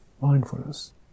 mindfulness